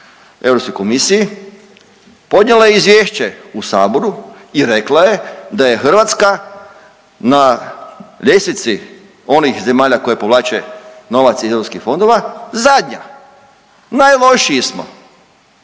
Europskoj komisiji podnijela izvješće u Saboru i rekla je da je Hrvatska na ljestvici onih zemalja koje povlače novac iz eu fondova zadnja, najlošiji smo.